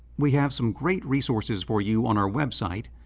we have some great resources for you on our website,